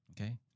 okay